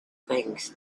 things